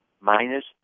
Minus